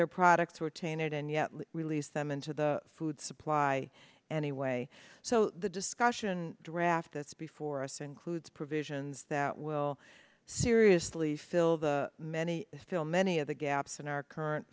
their products were tainted and yet released them into the food supply anyway so the discussion draft that's before us includes provisions that will seriously fill the many still many of the gaps in our current